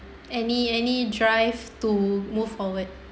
any any drive to move forward